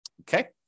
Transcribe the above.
Okay